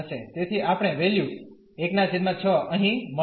તેથી આપણે વેલ્યુ 16 અહીં મળશે